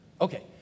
Okay